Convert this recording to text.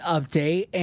Update